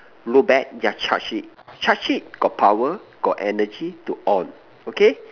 low batt yeah charge it charge it got power got energy to on okay